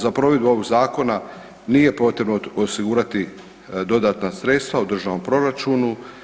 Za provedbu ovog zakona nije potrebno osigurati dodatna sredstva u državnom proračunu.